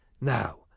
Now